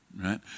right